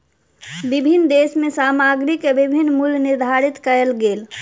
विभिन्न देश में सामग्री के विभिन्न मूल्य निर्धारित कएल गेल